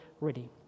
ready